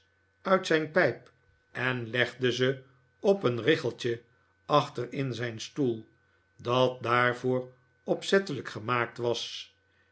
uit zijn pijp en legde ze op een richeltje achter in zijn stoel dat daarvoor opzettelijk gemaakt was